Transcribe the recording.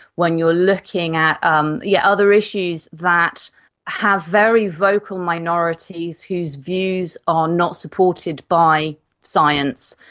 when you are looking at um yeah other issues that have very vocal minorities whose views are not supported by science,